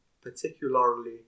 particularly